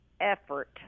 effort